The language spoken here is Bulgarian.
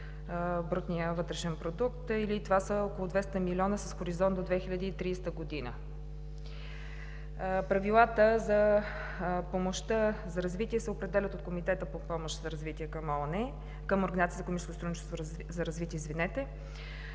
брутния вътрешен продукт, или това са около 200 милиона с хоризонт до 2030 г. Правилата за помощта за развитие се определят от Комитета по помощ за развитие към Организацията